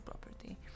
property